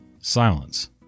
Silence